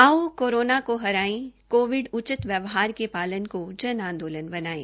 आओ कोरोना को हराए कोविड उचित व्यवहार के पालन को जन आंदोलन बनायें